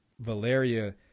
Valeria